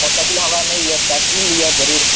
motorcycle हमरा नहि यऽ साइकल यऽ जरूर